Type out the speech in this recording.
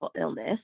illness